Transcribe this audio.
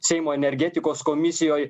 seimo energetikos komisijoj